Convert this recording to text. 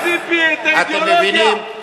גנב מציפי את האידיאולוגיה?